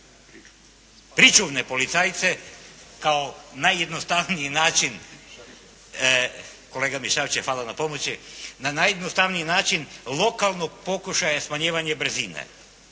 hvala na pomoći! Na najjednostavniji način lokalnog pokušaja smanjivanja brzine.